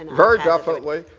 and very definitely.